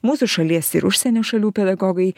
mūsų šalies ir užsienio šalių pedagogai